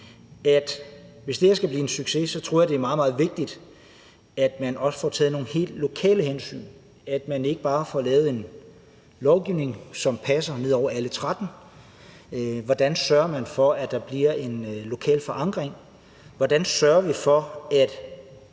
hvis det her skal blive en succes, tror jeg, det er meget, meget vigtigt, at man også får taget nogle helt lokale hensyn, så man ikke bare får lavet en lovgivning, som passer ned over alle 13 naturnationalparker. Hvordan sørger man for, at der bliver en lokal forankring? Hvordan sørger vi for, at